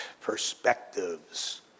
perspectives